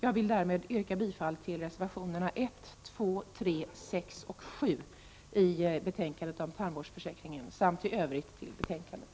Jag vill därmed yrka bifall till reservationerna 1, 2, 3, 6 och 7 fogade till socialförsäkringsutskottets betänkande 7 om tandvårdsförsäkringen och i Övrigt till utskottets hemställan.